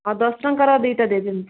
ଆଉ ଦଶ ଟଙ୍କାର ଦୁଇଟା ଦେଇଦିଅନ୍ତୁ